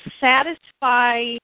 satisfy